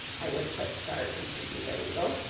i would click start and she'd be ready to go.